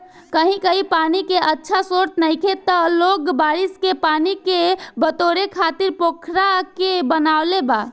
कही कही पानी के अच्छा स्त्रोत नइखे त लोग बारिश के पानी के बटोरे खातिर पोखरा के बनवले बा